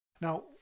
now